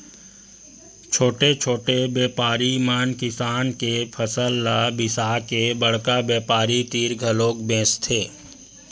छोटे छोटे बेपारी मन किसान के फसल ल बिसाके बड़का बेपारी तीर घलोक बेचथे